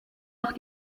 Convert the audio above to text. auch